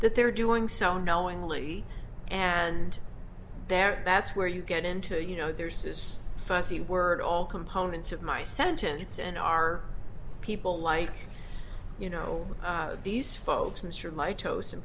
that they're doing so knowingly and there that's where you get into you know there's this fuzzy word all components of my sentence and are people like you know these folks i'm sure my toes in